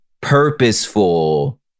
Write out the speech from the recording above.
purposeful